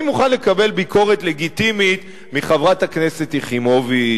אני מוכן לקבל ביקורת לגיטימית מחברת הכנסת יחימוביץ,